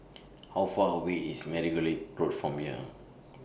How Far away IS Margoliouth Road from here